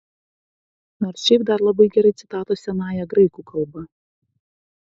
nors šiaip dar labai gerai citatos senąja graikų kalba